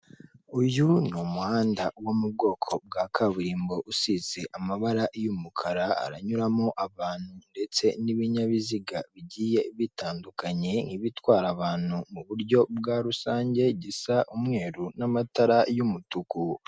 Uyu ni umuhanda wo mu bwoko bwa kaburimbo usize amabara y'umukara, haranyuramo abantu ndetse n'ibinyabiziga bigiye bitandukanye nk'ibitwara abantu mu buryo bwa rusange, gisa umweru n'amatara y'umutuku.